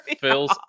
Phil's